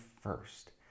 first